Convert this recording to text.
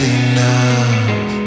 enough